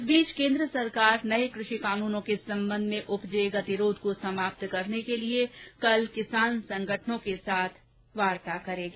इस बीच केन्द्र सरकार नये कृषि कानूनों के संबंध में उपजे गतिरोध को समाप्त करने के लिए कल किसान संगठनों के साथ वार्ता करेगी